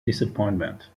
disappointment